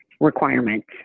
requirements